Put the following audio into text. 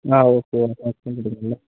ആ okay account എടുത്തോളാം